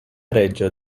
reĝo